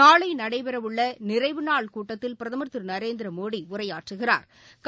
நாளைநடைபெறவுள்ளநிறைவுநாள் கூட்டத்தில் பிரதமா் திருநரேந்திரமோடி உரையாற்றுகிறாா்